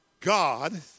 God